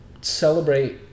celebrate